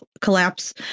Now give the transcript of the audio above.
collapse